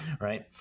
right